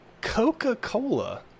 Coca-Cola